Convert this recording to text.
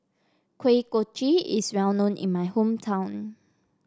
Kuih Kochi is well known in my hometown